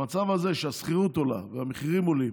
במצב הזה, שהשכירות עולה והמחירים עולים